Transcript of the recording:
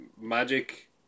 Magic